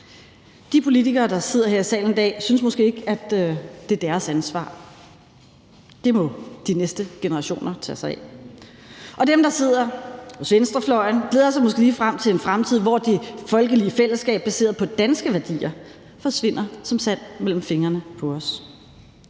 De politikere, der sidder her i salen i dag, synes måske ikke, at det er deres ansvar. Det må de næste generationer tage sig af. Og dem, der sidder hos venstrefløjen glæder sig måske ligefrem til en fremtid, hvor det folkelige fællesskab baseret på danske værdier forsvinder som sand mellem fingrene på os.